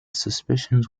suspicions